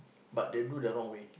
but they do the wrong way